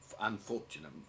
unfortunate